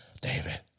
David